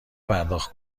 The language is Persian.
پرداخت